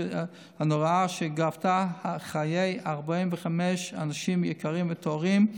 שגבתה חיי 45 אנשים יקרים וטהורים,